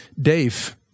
dave